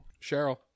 Cheryl